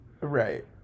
Right